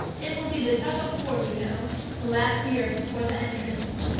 it will be the tug of war, you know the last year before the entrance.